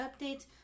updates